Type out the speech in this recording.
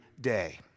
day